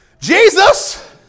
Jesus